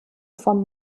vom